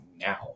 now